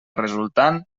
resultant